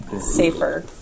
safer